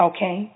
Okay